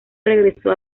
regresó